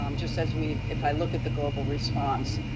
um just as we, if i look at the global response,